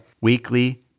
weekly